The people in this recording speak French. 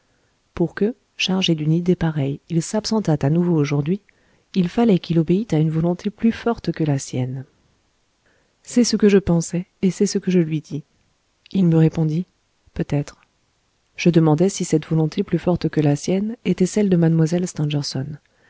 pour que chargé d'une idée pareille il s'absentât à nouveau aujourd'hui il fallait qu'il obéît à une volonté plus forte que la sienne c'est ce que je pensais et c'est ce que je lui dis il me répondit peut-être je demandai si cette volonté plus forte que la sienne était celle de mlle